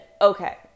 okay